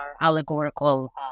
allegorical